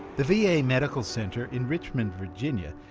the v a. medical center in richmond, virginia,